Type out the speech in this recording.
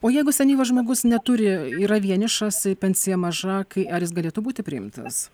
o jeigu senyvas žmogus neturi yra vienišas pensija maža kai ar jis galėtų būti priimtas